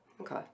Okay